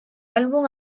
álbum